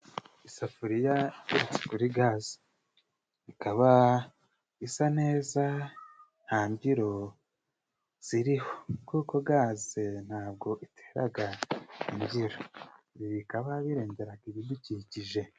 Isafuriya iteretse kuri gaze ikaba isa neza nta mbyiro ziriho kuko gaze ntabwo iteraga imbyiro, ibi bikaba birengeraga ibidukikije.